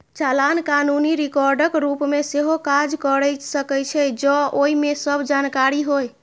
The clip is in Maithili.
चालान कानूनी रिकॉर्डक रूप मे सेहो काज कैर सकै छै, जौं ओइ मे सब जानकारी होय